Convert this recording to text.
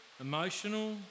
emotional